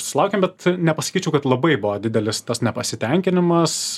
sulaukėm bet nepasakyčiau kad labai buvo didelis tas nepasitenkinimas